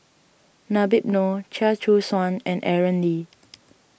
Habib Noh Chia Choo Suan and Aaron Lee